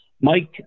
Mike